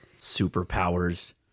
superpowers